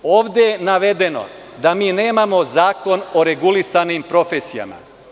Ovde je navedeno da mi nemamo zakon o regulisanim profesijama.